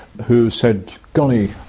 who said, golly,